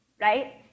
right